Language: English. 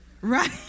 Right